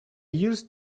used